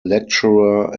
lecturer